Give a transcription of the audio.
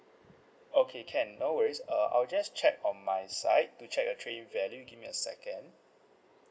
okay can no worries uh I'll just check on my side to check the trade in value give me a second